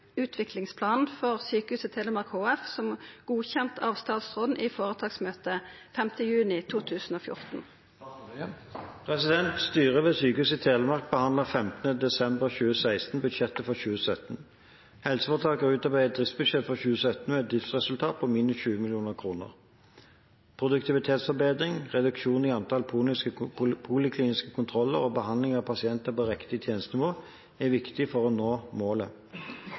utviklingsplanen for Sykehuset Telemark HF, godkjent av statsråden i foretaksmøtet 5. juni 2014?» Styret ved Sykehuset Telemark behandlet 15. desember 2016 budsjettet for 2017. Helseforetaket har utarbeidet et driftsbudsjett for 2017 med et driftsresultat på minus 20 mill. kr. Produktivitetsforbedring, reduksjon i antall polikliniske kontroller og behandling av pasienter på riktig helsetjenestenivå er viktig for å nå